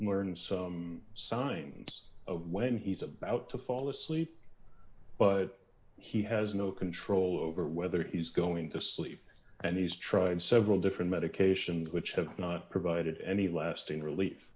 learn some signs of when he's about to fall asleep but he has no control over whether he's going to sleep and he's tried several different medications which have not provided any lasting relief